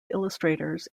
illustrators